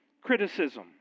Criticism